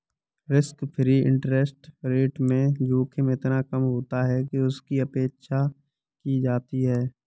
risk free interest rate में जोखिम इतना कम होता है कि उसकी उपेक्षा की जाती है